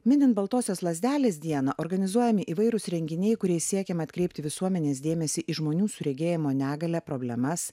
minint baltosios lazdelės dieną organizuojami įvairūs renginiai kuriais siekiama atkreipti visuomenės dėmesį į žmonių su regėjimo negalia problemas